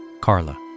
Carla